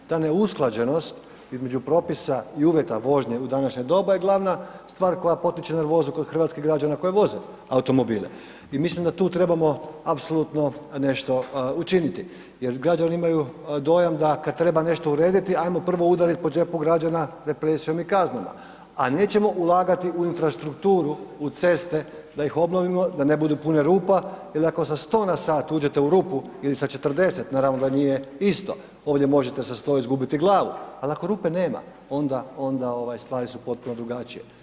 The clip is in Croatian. Ta neusklađenost između propisa i uvjeta vožnje u današnje doba je glavna stvar koja potiče nervozu kod hrvatskih građana koji voze automobile i mislim da tu trebamo apsolutno nešto učiniti jer građani imaju dojam da kad treba nešto urediti, ajmo prvo udariti po džepu građana represijom i kaznama a nećemo ulagati u infrastrukturu, u ceste, da ih obnovimo, da ne budu pune rupa jer ako sa 100 na sat uđete u rupu ili sa 40, naravno da nije isto, ovdje možete sa 100 izgubiti glavu ali ako rupe nema onda stvari su potpuno drugačije.